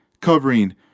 covering